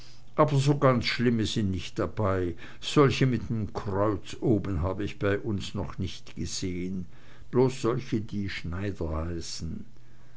aber so ganz schlimme sind nich dabei solche mit m kreuz oben hab ich bei uns noch nicht gesehn bloß solche die schneider heißen